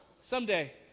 Someday